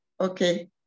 Okay